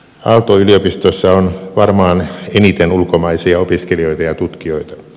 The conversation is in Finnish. aalto yliopistossa on varmaan eniten ulkomaisia opiskelijoita ja tutkijoita